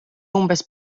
umbes